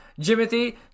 Jimothy